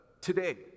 today